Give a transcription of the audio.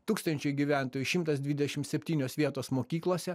tūkstančiui gyventojų šimtas dvidešim septynios vietos mokyklose